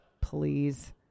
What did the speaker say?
Please